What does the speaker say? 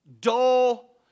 dull